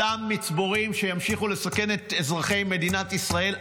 אותם מצבורים שימשיכו לסכן את אזרחי מדינת ישראל,